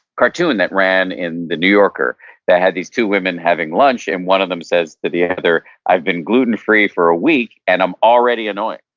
cartoon that ran in the new yorker that had these two women having lunch, and one of the says to the other, i've been gluten free for a week, and i'm already annoying.